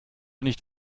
nicht